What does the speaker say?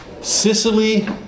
Sicily